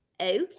okay